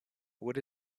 what